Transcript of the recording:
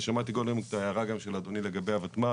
ושמעתי קודם את ההערה גם של אדוני לגבי הותמ"ל,